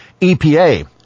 EPA